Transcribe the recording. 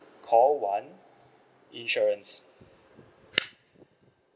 call one insurance